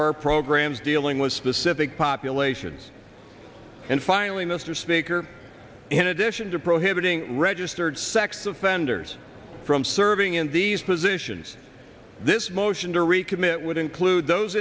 or programs dealing with specific populations and finally mr speaker in addition to prohibiting registered sex offenders from serving in these positions this motion to recommit would include those